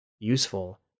useful